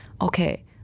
okay